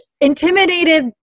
intimidated